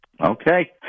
Okay